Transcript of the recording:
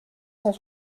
cent